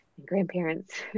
grandparents